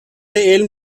علم